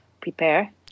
prepare